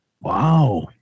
Wow